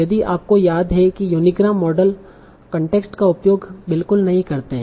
यदि आपको याद है कि यूनीग्राम मॉडल कांटेक्स्ट का उपयोग बिल्कुल नहीं करते हैं